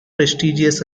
prestigious